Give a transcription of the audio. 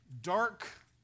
dark